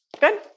good